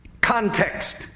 context